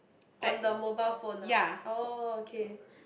on the mobile phone ah orh okay